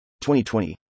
2020